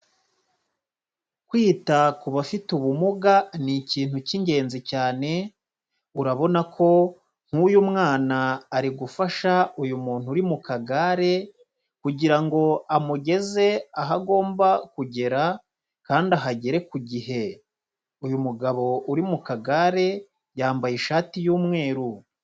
Kwita kubafite ubumuga ni ikintu cy'ingenzi cyane, urabona ko nk'uyu mwana ari gufasha uyu muntu uri mu kagare kugira ngo amugeze aho agomba kugera kandi ahagere ku gihe, uyu mugabo uri mu kagare yambaye ishati y'umweru.